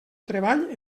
treball